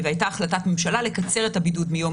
הייתה החלטת ממשלה לקצר את הבידוד מיום